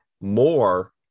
more